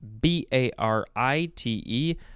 B-A-R-I-T-E